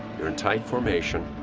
you're in tight formation,